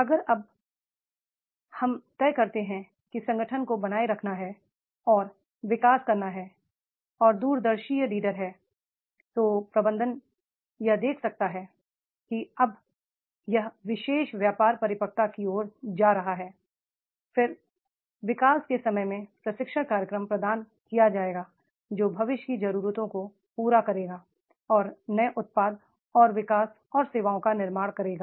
अगर अब हम तय करते हैं कि संगठन को बनाए रखना है और विकास करना है और दूर दर्शी लीडर है तो प्रबंधन यह देख सकता है कि अब यह विशेष व्यापार परिपक्वता की ओर जा रहा है फिर विकास के समय में प्रशिक्षण कार्यक्रम प्रदान किया जाएगा जो भविष्य की जरूरतों को पूरा करेगा और नए उत्पाद और विकास और सेवाओं का निर्माण करेगा